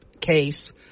case